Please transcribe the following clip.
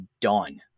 done